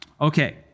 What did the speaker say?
Okay